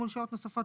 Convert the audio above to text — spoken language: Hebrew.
גמול שעות נוספות